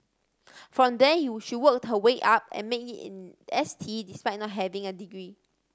from there she worked her way up and made it in S T despite not having a degree